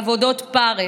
עבודות פרך,